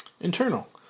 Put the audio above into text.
Internal